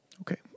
Okay